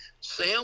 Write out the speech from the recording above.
sam